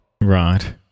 Right